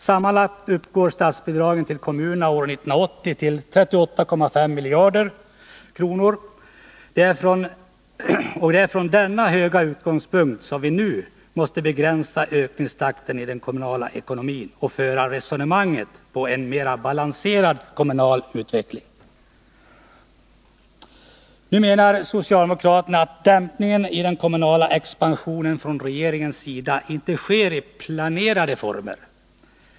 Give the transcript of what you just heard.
Sammanlagt uppgår statsbidragen till kommunerna år 1980 till 38,5 miljarder kronor. Det är från denna höga utgångspunkt som vi nu måste begränsa ökningstakten i den kommunala ekonomin och föra resonemanget med hänsyn till en mera balanserad kommunal utveckling. Nu menar socialdemokraterna att dämpningen i den kommunala expansionen ifrån regeringen sida inte sker i planerade former.